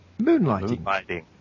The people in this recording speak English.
Moonlighting